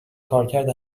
کارکرد